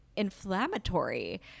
inflammatory